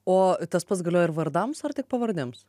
o tas pats galioja ir vardams ar tik pavardėms